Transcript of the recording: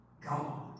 God